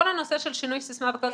--- כל הנושא של שינוי סיסמה וכל זה,